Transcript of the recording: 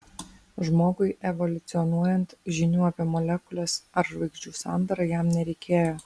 žmogui evoliucionuojant žinių apie molekules ar žvaigždžių sandarą jam nereikėjo